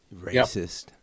Racist